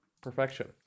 Perfection